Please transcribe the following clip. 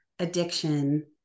addiction